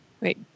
Wait